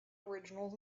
originals